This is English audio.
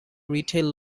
retail